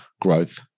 growth